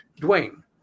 Dwayne